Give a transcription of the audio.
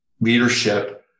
leadership